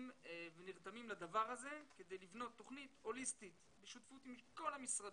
נרתמים לדבר הזה כדי לבנות תוכנית הוליסטית בשותפות עם כל המשרדים.